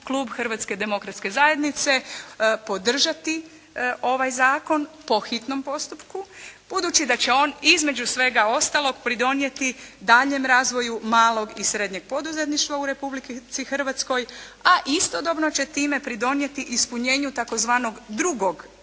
Klub Hrvatske demokratske zajednice podržati ovaj zakon po hitnom postupku budući da će on između svega ostalog pridonijeti daljnjem razvoju malog i srednjeg poduzetništva u Republici Hrvatskoj. A istodobno će time pridonijeti ispunjenju tzv. drugog